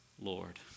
Lord